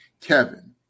Kevin